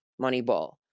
Moneyball